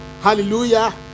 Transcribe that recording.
hallelujah